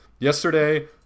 Yesterday